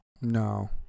No